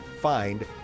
find